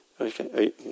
Okay